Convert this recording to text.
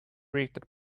reacted